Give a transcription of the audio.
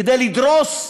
כדי לדרוס,